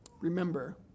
Remember